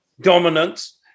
dominance